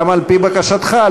גם על-פי בקשתך,